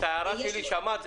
את ההערה שלי שמעת?